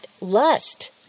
lust